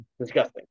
disgusting